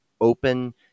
open